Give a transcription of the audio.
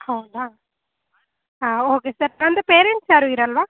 ಹೌದಾ ಹಾಂ okay sir ಅಂದರೆ ಪೇರೆಂಟ್ಸ್ ಯಾರೂ ಇರಲ್ವಾ